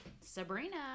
Sabrina